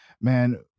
man